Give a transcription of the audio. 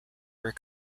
were